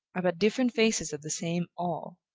are but different faces of the same all.